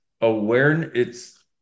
awareness